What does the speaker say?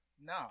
no